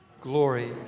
Glory